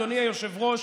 אדוני היושב-ראש,